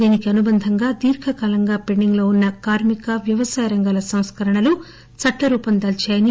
దీనికి అనుబంధంగా దీర్ఘకాలంగా పెండింగ్ లో వున్న కార్మిక వ్యవసాయ రంగాల సంస్కరణలు చట్టరూపం దాల్చాయన్నారు